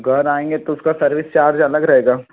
घर आएँगे तो उसका सर्विस चार्ज अलग रहेगा